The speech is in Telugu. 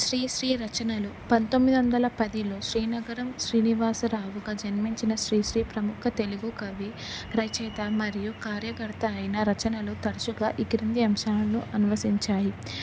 శ్రీ శ్రీ రచనలు పంతొమ్మిది వందల పదిలో శ్రీరంగం శ్రీనివాస రావుగా జన్మించిన శ్రీ శ్రీ ప్రముఖ తెలుగు కవి రచియిత మరియు కార్యకర్త అయిన రచనలు తరచుగా ఈ క్రింది అంశాలను అన్వసించాయి